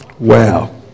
Wow